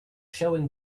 showing